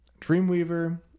Dreamweaver